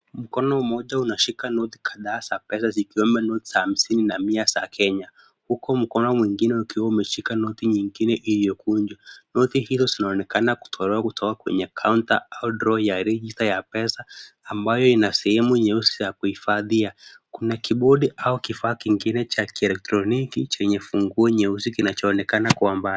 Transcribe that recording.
Mkono mmoja unashika noti kadhaa za pesa zikiwemo noti za hamsini na mia za Kenya huku mkono mwingine ukiwa umeshika noti nyingine iliyokunjwa. Noti hizo zinaonekana kutolewa kutoka kwenye kaunta au draw ya register ya pesa ambayo ina sehemu nyeusi za kuhifadhia. Kuna kibodi au kifaa kingine cha kielektroniki chenye funguo nyeusi kinachoonekana kwa mbali.